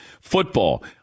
Football